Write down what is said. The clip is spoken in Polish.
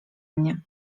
mnie